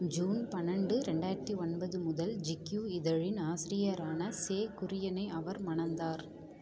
June பன்னண்டு ரெண்டாயிரத்து ஒன்பது முதல் ஜிக்யூ இதழின் ஆசிரியரான சே குரியனை அவர் மணந்தார்